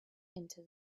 into